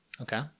Okay